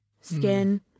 skin